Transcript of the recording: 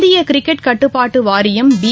இந்திய கிரிக்கெட் கட்டுப்பாட்டு வாரியம் பி